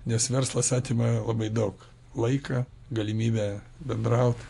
nes verslas atima labai daug laiką galimybę bendraut